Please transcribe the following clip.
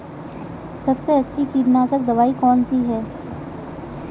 सबसे अच्छी कीटनाशक दवाई कौन सी है?